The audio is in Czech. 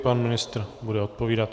Pan ministr bude odpovídat.